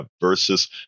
versus